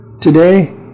today